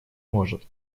может